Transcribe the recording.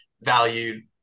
valued